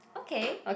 okay